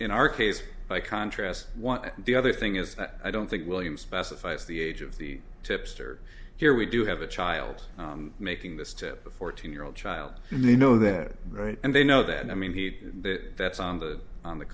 in our case by contrast the other thing is that i don't think william specifies the age of the tipster here we do have a child making this tip a fourteen year old child you know that right and they know that i mean he that that's on the on the